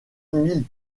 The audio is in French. mille